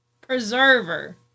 preserver